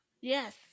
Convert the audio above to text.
Yes